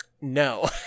no